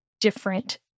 different